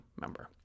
member